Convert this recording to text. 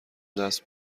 دست